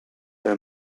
her